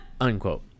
Unquote